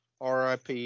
RIP